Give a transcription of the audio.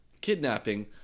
kidnapping